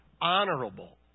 honorable